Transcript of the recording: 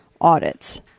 audits